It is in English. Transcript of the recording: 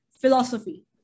philosophy